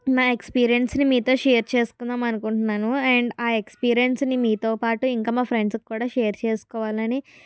నా ఎక్స్పీరియన్స్ ని మీతో షేర్ చేసుకుందాం అనుకుంటున్నాను అండ్ ఆ ఎక్స్పీరియన్స్ ని మీతో పాటు ఇంకా నా ఫ్రెండ్స్ కి కూడా షేర్ చేసుకోవాలని